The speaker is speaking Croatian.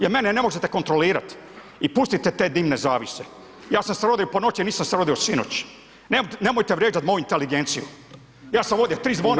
Jel mene ne možete kontrolirat i pustite te dimne zavjese, ja sam se rodio po noći, nisam se rodio sinoć, nemojte vrijeđat moju inteligenciju, ja sam ovdje